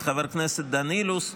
את חבר הכנסת דן אילוז,